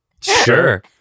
Sure